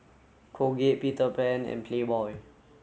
Colgate Peter Pan and Playboy